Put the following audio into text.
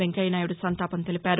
వెంకయ్యనాయుడు సంతాపం తెలిపారు